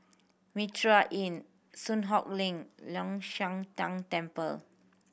Mitraa Inn Soon Hock Lane Long Shan Tang Temple